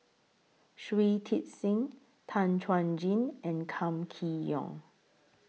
Shui Tit Sing Tan Chuan Jin and Kam Kee Yong